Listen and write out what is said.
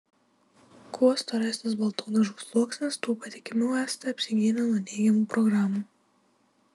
kuo storesnis baltų dažų sluoksnis tuo patikimiau esate apsigynę nuo neigiamų programų